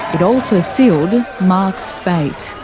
it also sealed mark's fate.